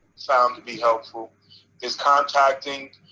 found to be helpful is contacting